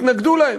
התנגדו להן.